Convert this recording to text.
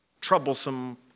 troublesome